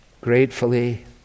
gratefully